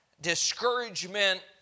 discouragement